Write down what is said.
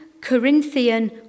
Corinthian